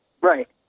Right